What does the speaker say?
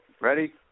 Ready